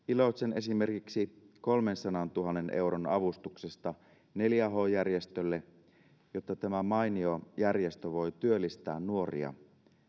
iloitsen esimerkiksi kolmensadantuhannen euron avustuksesta neljä h järjestölle jotta tämä mainio järjestö voi työllistää nuoria